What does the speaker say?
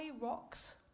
rocks